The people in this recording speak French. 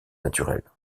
naturelles